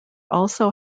also